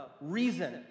reason